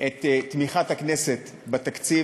את תמיכת הכנסת בתקציב,